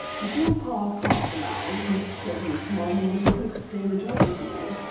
if you'll pass half an hour with mr. surtees to-morrow morning, he'll explain it all to you,